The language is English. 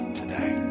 today